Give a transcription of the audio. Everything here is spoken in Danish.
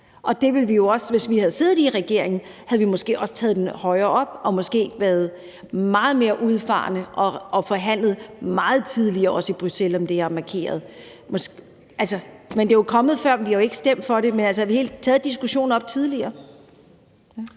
Hvis vi havde siddet i regering, havde vi måske også taget det højere op og måske været meget mere udfarende og havde forhandlet meget tidligere i Bruxelles om det her og også markeret. Det kom jo tidligere, og vi har ikke stemt om det, men vi har taget diskussionen op tidligere.